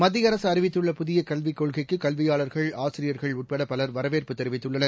மத்திய அரசு அறிவித்துள்ள புதிய கல்விக் கொள்கைக்கு கல்வியாளர்கள் ஆசிரியர்கள் உட்பட பலர் வரவேற்பு தெரிவித்துள்ளனர்